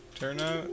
Turnout